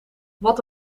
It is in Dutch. wat